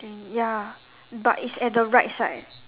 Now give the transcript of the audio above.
and ya but it's at the right side